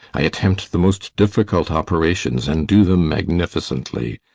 i attempt the most difficult operations and do them magnificently.